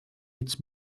its